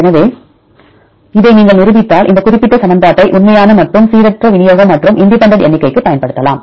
எனவே இதை நீங்கள் நிரூபித்தால் இந்த குறிப்பிட்ட சமன்பாட்டைப் உண்மையான மற்றும் சீரற்ற விநியோகம் மற்றும் இண்டிபெண்டன்ட் எண்ணிக்கைக்கு பயன்படுத்தலாம்